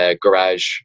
Garage